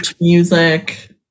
music